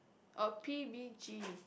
or P_V_G